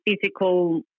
physical